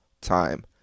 time